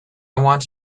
want